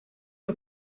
aux